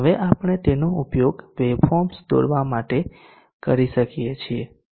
હવે આપણે તેનો ઉપયોગ વેવફોર્મ્સ દોરવા માટે કરી શકીએ છીએ